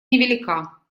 невелика